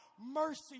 mercy